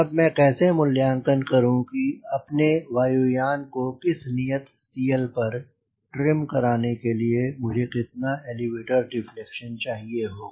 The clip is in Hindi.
तब मैं कैसे मूल्यांकन करूँ कि अपने वायु यान को किस नियतCL पर ट्रिम कराने के लिए मुझे कितना एलीवेटर डिफलेक्शन चाहिए होगा